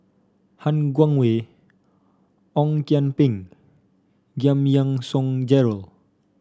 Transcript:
Han Guangwei Ong Kian Peng Giam Yean Song Gerald